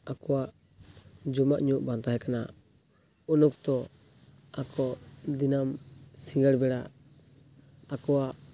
ᱟᱠᱚᱣᱟᱜ ᱡᱚᱢᱟᱜ ᱧᱩᱣᱟᱜ ᱵᱟᱝ ᱛᱟᱦᱮᱸ ᱠᱟᱱᱟ ᱩᱱ ᱚᱠᱛᱚ ᱟᱠᱚ ᱫᱤᱱᱟᱹᱢ ᱥᱤᱸᱜᱟᱹᱲ ᱵᱮᱲᱟ ᱟᱠᱚᱣᱟᱜ